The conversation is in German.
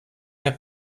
herr